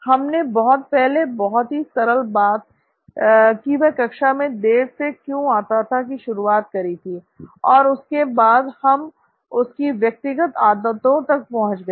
हमने बहुत पहले बहुत ही सरल बात कि वह कक्षा में देर से क्यों आता था से शुरुआत करी थी और उसके बाद हम उसकी व्यक्तिगत आदतों तक पहुंच गए